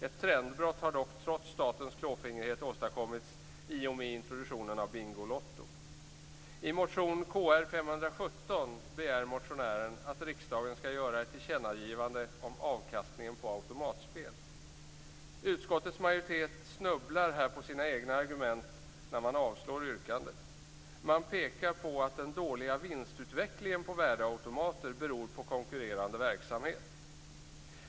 Ett trendbrott har dock, trots statens klåfingrighet, åstadkommits i och med introduktionen av Bingolotto. I motion Kr517 begär motionärerna att riksdagen skall göra ett tillkännagivande om avkastningen på automatspel. Utskottets majoritet snubblar här på sina egna argument när man avslår yrkandet. Man pekar på att den dåliga vinstutvecklingen på värdeautomater beror på konkurrerande verksamhet.